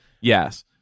yes